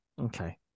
Okay